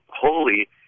holy